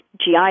GI